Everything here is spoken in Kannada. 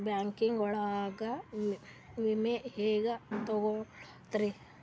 ಬ್ಯಾಂಕಿಂಗ್ ಒಳಗ ವಿಮೆ ಹೆಂಗ್ ತೊಗೊಳೋದ್ರಿ?